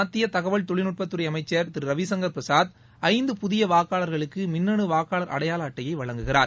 மத்திய தகவல் தொழில்நுட்பத்துறை அமைச்சர் திரு ரவிசங்கர் பிரசாத் ஐந்து புதிய வாக்காளர்களுக்கு மின்னணு வாக்காளர் அடையாள அட்டையை வழங்குகிறார்